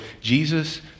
Jesus